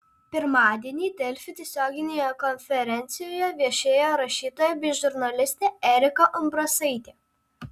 pirmadienį delfi tiesioginėje konferencijoje viešėjo rašytoja bei žurnalistė erika umbrasaitė